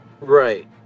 Right